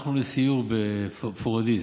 הלכנו לסיור בפוריידיס,